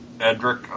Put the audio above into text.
Edric